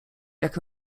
jak